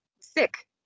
sick